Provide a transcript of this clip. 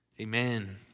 amen